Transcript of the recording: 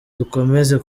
dukomeze